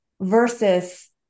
versus